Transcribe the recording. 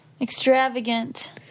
Extravagant